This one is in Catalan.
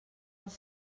els